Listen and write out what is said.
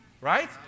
Right